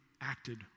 acted